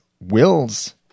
Will's